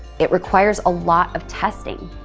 it requires a lot of testing.